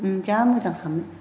जा मोजांखामोन